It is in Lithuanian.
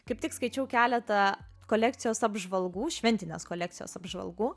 kaip tik skaičiau keletą kolekcijos apžvalgų šventinės kolekcijos apžvalgų